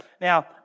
Now